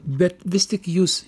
bet vis tik jūs